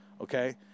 okay